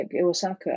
Iwasaka